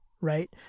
right